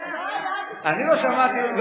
לא היה תיקון.